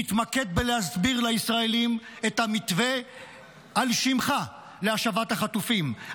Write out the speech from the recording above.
תתמקד בלהסביר לישראלים את המתווה על שמך להשבת החטופים,